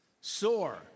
Sore